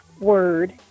word